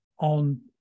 on